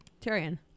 Tyrion